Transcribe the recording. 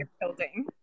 building